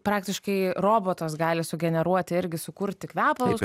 praktiškai robotas gali sugeneruoti irgi sukurti kvepalus